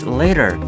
later